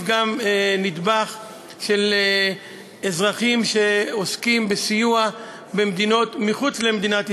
גם נדבך של אזרחים שעוסקים בסיוע במדינות מחוץ למדינת ישראל,